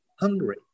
Hungary